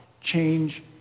change